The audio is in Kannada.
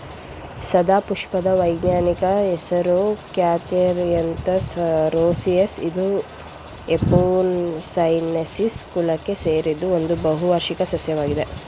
ಸದಾಪುಷ್ಪದ ವೈಜ್ಞಾನಿಕ ಹೆಸರು ಕ್ಯಾಥೆರ್ಯಂತಸ್ ರೋಸಿಯಸ್ ಇದು ಎಪೋಸೈನೇಸಿ ಕುಲಕ್ಕೆ ಸೇರಿದ್ದು ಒಂದು ಬಹುವಾರ್ಷಿಕ ಸಸ್ಯವಾಗಿದೆ